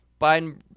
Biden